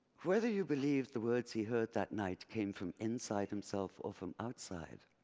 whether you believe the words he heard that night came from inside himself or from outside,